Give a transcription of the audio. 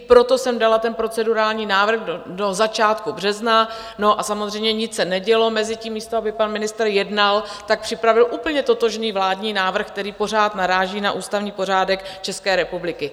Proto jsem dala ten procedurální návrh do začátku března no a samozřejmě nic se nedělo, mezitím místo aby pan ministr jednal, připravil úplně totožný vládní návrh, který pořád naráží na ústavní pořádek České republiky.